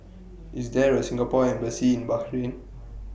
IS There A Singapore Embassy in Bahrain